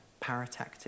paratactic